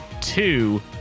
two